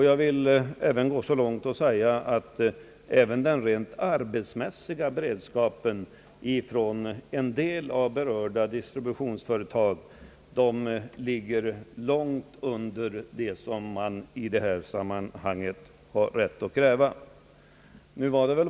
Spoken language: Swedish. Jag vill till och med hävda att även den rent arbetsmässiga beredskapen i en del av de berörda distributionsföretagen ligger långt under vad man har rätt att kräva.